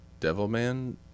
Devilman